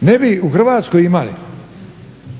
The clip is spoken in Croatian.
ne bi u Hrvatskoj imali